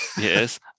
Yes